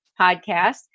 podcast